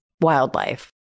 wildlife